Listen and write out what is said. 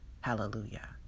Hallelujah